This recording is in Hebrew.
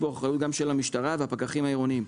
כאן אחריות גם של המשטרה וגם הפקחים העירוניים.